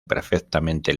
perfectamente